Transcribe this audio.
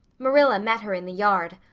marilla met her in the yard.